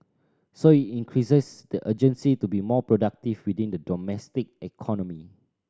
so it increases the urgency to be more productive within the domestic economy